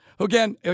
Again